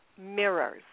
mirrors